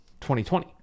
2020